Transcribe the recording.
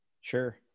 Sure